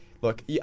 look